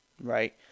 right